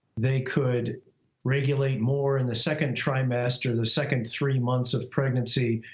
they could regulate more in the second trimester, the second three months of pregnancy,